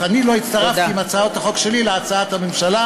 שאני לא הצטרפתי עם הצעות החוק שלי להצעת הממשלה.